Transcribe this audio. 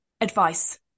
advice